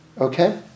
Okay